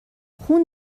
خون